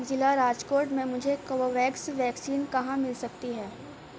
ضلع راجکوٹ میں مجھے کوو ویکس ویکسین کہاں مل سکتی ہے